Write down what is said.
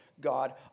God